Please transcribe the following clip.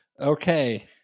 Okay